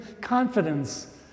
confidence